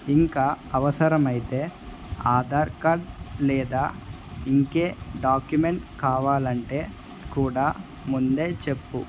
ఇంకా అవసరమయితే ఆధార్ కార్డ్ లేదా ఇంకే డాక్యుమెంట్ కావాలంటే కూడా ముందే చెప్పు